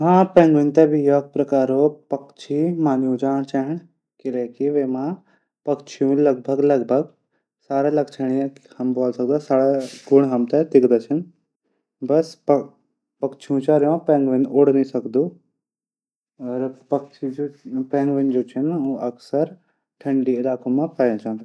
पेंगुइन थै भी ए तरीको पक्षी मने जांदू। किले वैमा पक्षीयों जैसा सभी गुण लक्षण पये जांदा छन। बस पैंगुइन उड नी सकदू। पैंगुइन ठंडी इलाकों मा पाये जांदा छन।